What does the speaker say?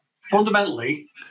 fundamentally